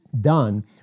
done